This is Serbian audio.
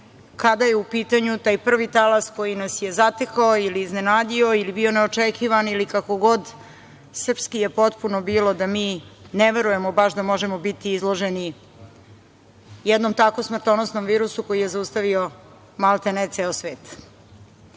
kada je u pitanju taj prvi talas koji nas je zatekao, iznenadio ili bio neočekivan, ili kako god, srpski je potpuno bilo da mi ne verujemo baš da možemo biti izloženi jednom takvom smrtonosnom virusu koji je zaustavio maltene ceo